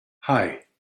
hei